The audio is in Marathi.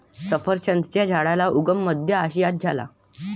सफरचंदाच्या झाडाचा उगम मध्य आशियात झाला